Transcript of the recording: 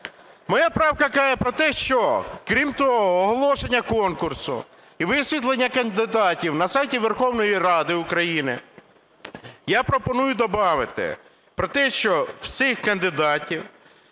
Моя правка каже про те, що, крім того оголошення конкурсу і висвітлення кандидатів на сайті Верховної Ради України, я пропоную добавити про те, що всіх кандидатів